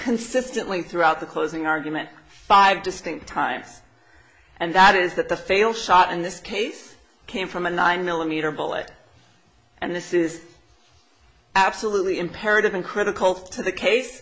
consistently throughout the closing argument five distinct times and that is that the fail shot in this case came from a nine millimeter bullet and this is absolutely imperative and critical to the case